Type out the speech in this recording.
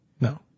No